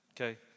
Okay